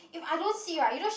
if I don't see right